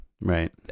Right